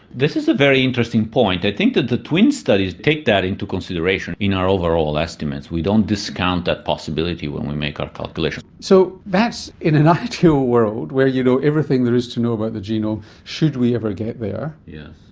this is a very interesting point. i think that the twin studies take that into consideration in our overall estimates. we don't discount that possibility when we make our calculation. so that's in an ideal world, where you know everything there is to know about the genome, should we ever get there. yes.